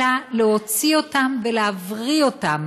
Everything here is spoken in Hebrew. אלא להוציא אותם ולהבריא אותם.